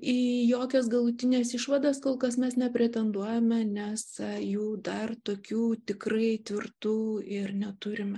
į jokias galutines išvadas kol kas mes nepretenduojame nes jų dar tokių tikrai tvirtų ir neturime